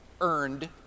earned